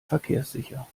verkehrssicher